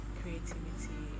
creativity